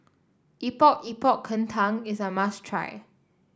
Epok Epok Kentang is a must try